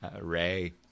Ray